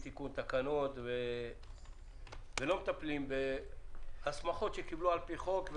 בתיקון תקנות ולא מטפלים בהסמכות שקיבלו על פי חוק.